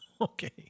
Okay